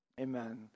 Amen